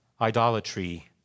idolatry